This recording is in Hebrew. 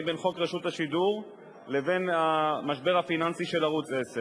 בין חוק רשות השידור לבין המשבר הפיננסי של ערוץ-10.